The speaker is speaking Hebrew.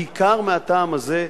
בעיקר מהטעם הזה,